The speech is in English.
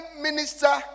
minister